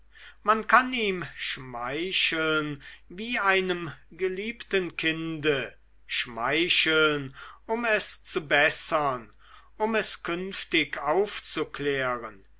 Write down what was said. man kann ihm schmeicheln wie einem geliebten kinde schmeicheln um es zu bessern um es künftig aufzuklären